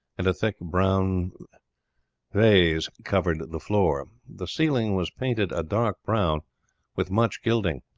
and a thick brown baize covered the floor. the ceiling was painted a dark brown with much gilding.